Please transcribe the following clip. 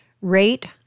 rate